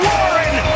Warren